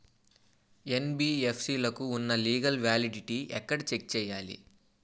NBFC లకు ఉన్నా legal validity ఎక్కడ చెక్ చేయాలి?